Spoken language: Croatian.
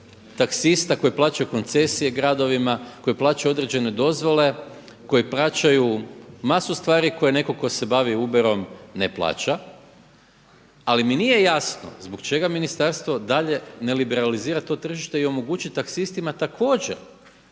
taksista koji plaćaju koncesije gradovima, koji plaćaju određene dozvole, koje plaćaju masu stvari koje netko tko se bavi uberom ne plaća. Ali mi nije jasno zbog čega ministarstvo dalje ne liberalizira to tržište i omogući taksistima također